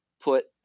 put